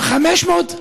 ב-500,